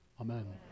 Amen